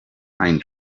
pine